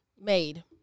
made